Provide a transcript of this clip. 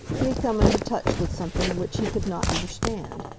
he had come into touch with something which he could not understand.